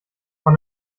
von